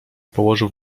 położył